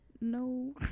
no